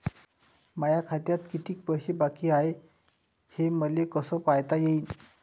माया खात्यात कितीक पैसे बाकी हाय हे मले कस पायता येईन?